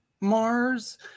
Mars